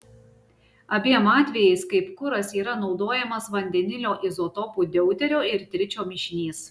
abiem atvejais kaip kuras yra naudojamas vandenilio izotopų deuterio ir tričio mišinys